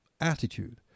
attitude